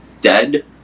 dead